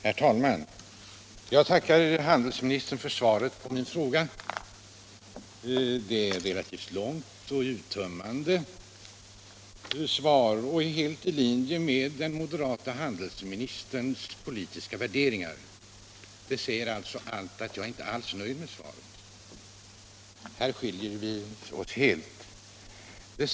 Herr talman! Jag tackar handelsministern för svaret på min fråga. Svaret är relativt långt och uttömmande och helt i linje med den moderate handelsministerns politiska värderingar. Det innebär att jag inte alls är nöjd med svaret. Här skiljer vi oss helt.